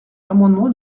l’amendement